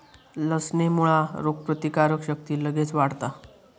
लसणेमुळा रोगप्रतिकारक शक्ती लगेच वाढता